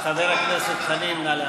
חבר הכנסת חנין, נא להמשיך.